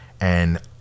and-